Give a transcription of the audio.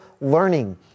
learning